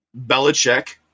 Belichick